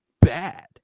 bad